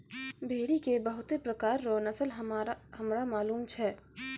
भेड़ी के बहुते प्रकार रो नस्ल हमरा मालूम छै